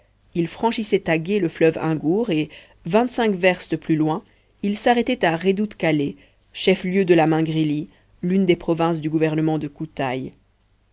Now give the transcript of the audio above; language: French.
ils franchissaient à gué le fleuve ingour et vingt-cinq verstes plus loin ils s'arrêtaient a redout kalé chef-lieu de la mingrélie l'une des provinces du gouvernement de koutaïs